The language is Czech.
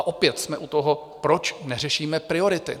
Opět jsme u toho, proč neřešíme priority?